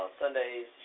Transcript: Sundays